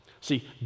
See